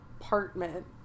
apartment